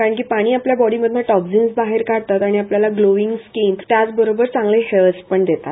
कारण पाणी आपल्या बॉडीमधून टोक्जीन बाहेर काढतात आणि आपल्याला ग्लोमिंग स्किन त्याचबरोबर चांगले हेअर्स पण देतात